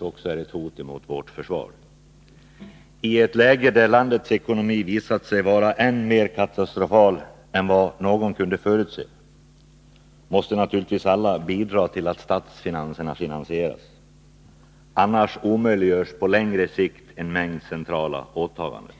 också är ett hot mot vårt försvar. I ett läge där landets ekonomi visat sig vara än mer katastrofal än vad någon kunde förutse måste naturligtvis alla bidra till att statens ekonomi saneras. Annars omöjliggörs på längre sikt en mängd centrala åtaganden.